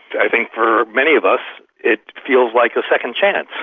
i think for many of us it feels like a second chance.